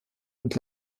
und